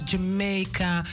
Jamaica